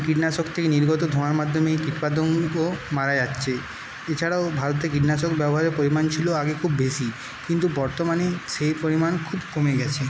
কীটনাশক থেকে নির্গত ধোঁয়ার মাধ্যমে কীটপাতঙ্গ মারা যাচ্ছে এছাড়াও ভারতে কীটনাশক ব্যবহারের পরিমাণ ছিল আগে খুব বেশি কিন্তু বর্তমানে সেই পরিমাণ খুব কমে গেছে